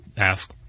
ask